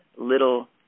little